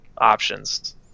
options